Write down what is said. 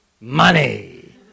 money